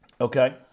Okay